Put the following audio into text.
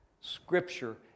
Scripture